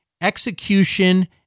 execution